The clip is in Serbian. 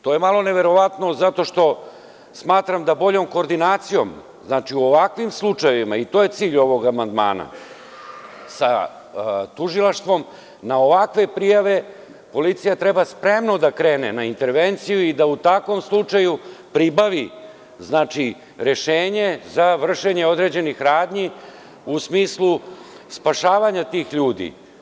To je malo neverovatno, zato što smatram da boljom koordinacijom u ovakvim slučajevima, i to je cilj ovog amandmana, sa tužilaštvom na ovakve prijave policija treba spremno da krene na intervenciju i da u takvom slučaju pribavi rešenje za vršenje određenih radnji u smislu spašavanja tih ljudi.